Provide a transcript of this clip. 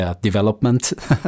development